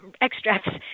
extracts